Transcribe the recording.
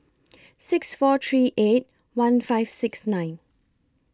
six four three eight one five six nine